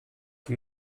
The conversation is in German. wir